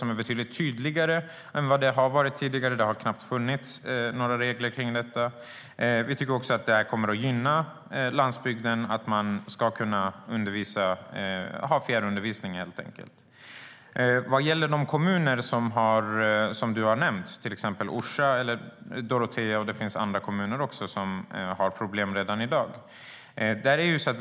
Det är betydligt tydligare än vad det har varit tidigare. Det har knappt funnits några regler om detta. Det kommer också att gynna landsbygden att man ska kunna ha fjärrundervisning. Vad gäller de kommuner som du har nämnt, till exempel Orsa eller Dorotea, finns det också andra kommuner som har problem redan i dag.